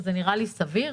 שזה נראה לי סביר?